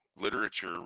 literature